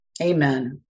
Amen